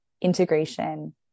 integration